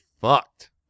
fucked